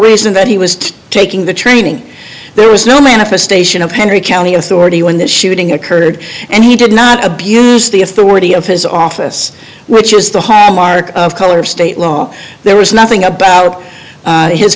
reason that he was taking the training there was no manifestation of henry county authority when that shooting occurred and he did not abuse the authority of his office which was the mark of color state law there was nothing about